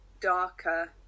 darker